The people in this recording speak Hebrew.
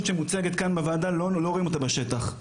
שמוצגת כאן בוועדה לא רואים אותה בשטח,